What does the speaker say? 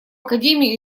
академию